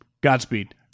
Godspeed